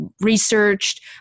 researched